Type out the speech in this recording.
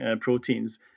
proteins